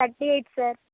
thirty eight sir